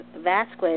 Vasquez